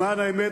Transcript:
למען האמת,